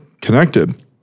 connected